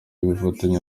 y’ubufatanye